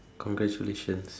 congratulations